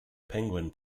penguin